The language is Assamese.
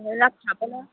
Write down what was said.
চাবলৈ